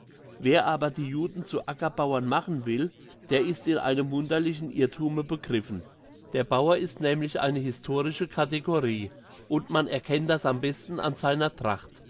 wer aber die juden zu ackerbauern machen will der ist in einem wunderlichen irrthume begriffen der bauer ist nämlich eine historische kategorie und man erkennt das am besten an seiner tracht